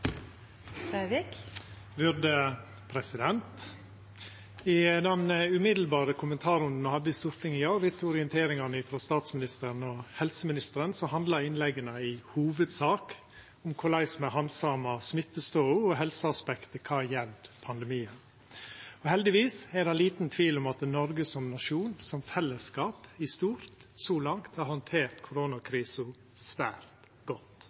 I den umiddelbare kommentarrunden me hadde i Stortinget i går rett etter orienteringane frå statsministeren og helseministeren, handla innlegga i hovudsak om korleis me handsamar smittestoda og helseaspektet kva gjeld pandemien. Heldigvis er det liten tvil om at Noreg som nasjon, som fellesskap i stort, så langt har handtert koronakrisa svært godt.